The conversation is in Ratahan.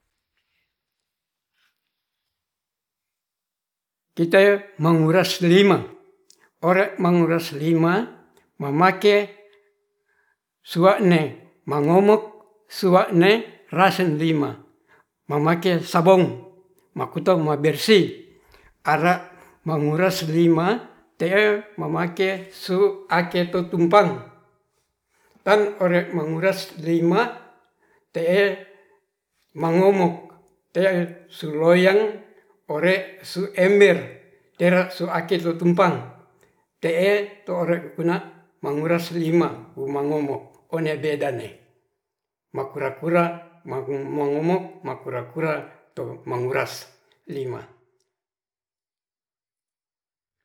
Kite manguras limah, ore manguras lima mamake sua'ne mangomok suane rasen lima mamake sabong makuto mabersih ara manguras lima te'e mamake su' ake tutumpang on ore manguras lima te'e mangomok te'e suloyang ore su ember tera su aki su tumpang te'e tore' kuna mangus lima mangomok one bedane makura-kura mongomok makura-kura to manguras lima